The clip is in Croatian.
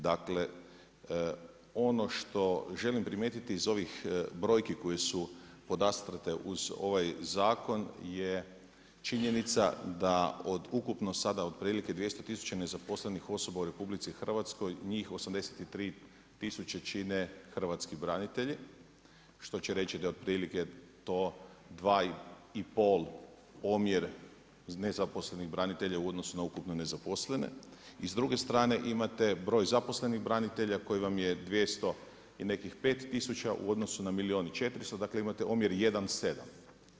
Dakle ono što želim primijetiti iz ovih brojki koje su podastrte uz ovaj zakon je činjenica da od ukupno sada otprilike 200 tisuća nezaposlenih osoba u RH njih 83 tisuće čine hrvatski branitelji, što će reći da otprilike to 2,5 omjer nezaposlenih branitelja u odnosu na ukupno nezaposlene i s druge strane imate broj zaposlenih branitelja koji vam je 200 i nekih 5 tisuća u odnosu na milijun 400 dakle imate omjer 1:7.